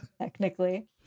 Technically